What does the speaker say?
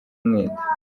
umwete